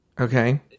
Okay